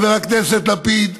לחבר הכנסת לפיד,